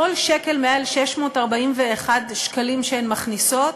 כל שקל מעל 641 שקלים שהן מכניסות,